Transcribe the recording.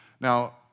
Now